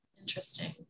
Interesting